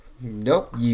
Nope